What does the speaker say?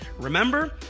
remember